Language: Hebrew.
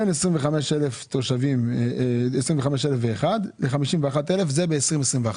בין 25,001 תושבים ל-51,000 תושבים זה ב-2021,